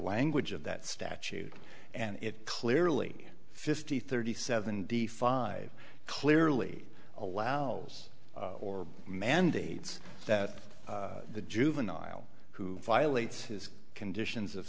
language of that statute and it clearly fifty thirty seven d five clearly allows or mandates that the juvenile who violates his conditions of